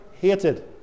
hated